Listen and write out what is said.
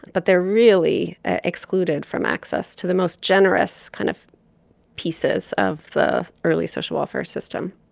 but they're really ah excluded from access to the most generous kind of pieces of the early social welfare system.